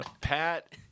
Pat